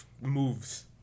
moves